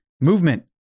Movement